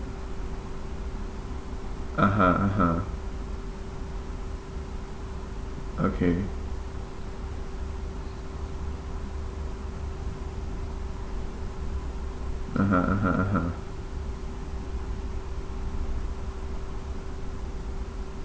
(uh huh) (uh huh) okay (uh huh) (uh huh) (uh huh)